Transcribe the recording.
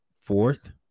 fourth